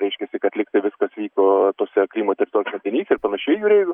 reiškiasi kad lygtai viskas vyko tose krymo teritoriniuose ryt ir panašiai jūreivių